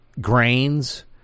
grains